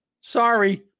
Sorry